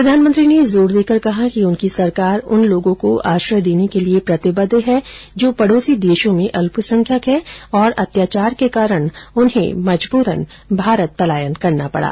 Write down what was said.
प्रधानमंत्री ने जोर देकर कहा कि उनकी सरकार उन लोगों को आश्रय देने के लिए प्रतिबद्ध है जो पड़ोसी देशों में अल्पसंख्यक हैं और अत्याचार के कारण उन्हें मजबूरन भारत पलायन करना पड़ा